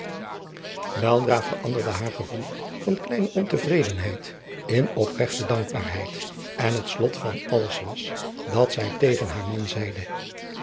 weldra veranderde haar gevoel van kleine ontevredenheid in opregte dankbaarheid adriaan loosjes pzn het leven van hillegonda buisman en het slot van alles was dat zij tegen haar man zeide